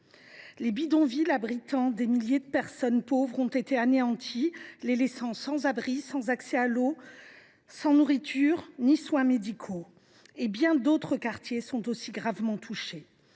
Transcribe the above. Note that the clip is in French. Les bidonvilles abritant des milliers de personnes pauvres ont été anéantis, les laissant sans abri, sans accès à l’eau potable, sans nourriture ni soins médicaux. Et bien d’autres quartiers sont aussi gravement touchés.